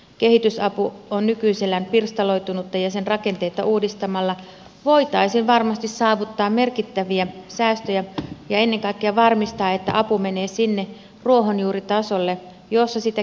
kehitysapu on nykyisellään pirstaloitunutta ja sen rakenteita uudistamalla voitaisiin varmasti saavuttaa merkittäviä säästöjä ja ennen kaikkea varmistaa että apu menee sinne ruohonjuuritasolle jossa sitä kipeästi tarvitaan